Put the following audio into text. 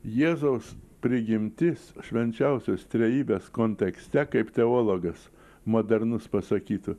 jėzaus prigimtis švenčiausios trejybės kontekste kaip teologas modernus pasakytų